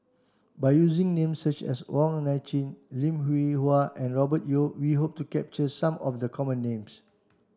by using names such as Wong Nai Chin Lim Hwee Hua and Robert Yeo we hope to capture some of the common names